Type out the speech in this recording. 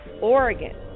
Oregon